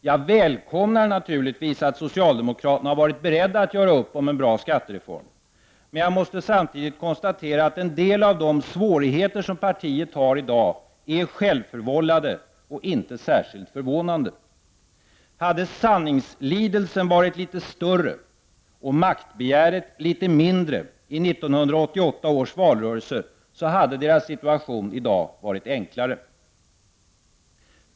Jag välkomnar naturligtvis att socialdemokraterna har varit beredda att göra upp om en bra skattereform, men jag måste samtidigt konstatera att en del av de svårigheter som partiet har i dag är självförvållade och inte särskilt förvånande. Hade sanningslidelsen varit litet större och maktbegäret litet mindre i 1988 års valrörelse, så hade deras situation i dag varit enklare.